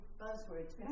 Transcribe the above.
buzzwords